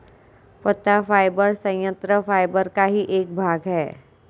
पत्ता फाइबर संयंत्र फाइबर का ही एक भाग है